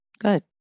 Good